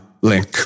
link